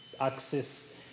access